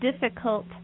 difficult